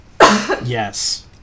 Yes